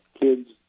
kids